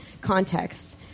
contexts